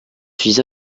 suis